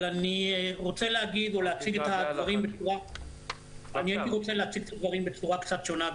אבל אני רוצה להציג את הדברים בצורה קצת שונה,